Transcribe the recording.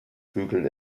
bügeln